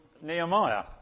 Nehemiah